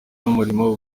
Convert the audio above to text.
n’umurimo